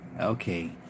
okay